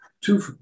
two